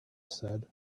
said